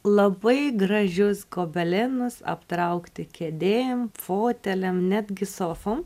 labai gražius gobelenus aptraukti kėdėm foteliam netgi sofom